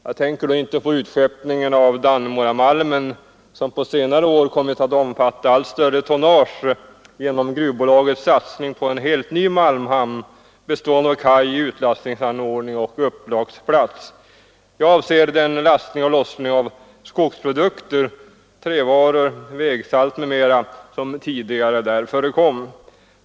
Jag tänker då inte på utskeppningen av Dannemoramalmen som på senare år kommit att omfatta allt större tonnage genom gruvbolagets satsning på en helt ny malmhamn, bestående av kaj, utlastningsanordning och upplagsplats. Jag avser den lastning och lossning av skogsprodukter, trävaror, vägsalt m.m. som tidigare förekom.